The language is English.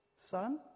son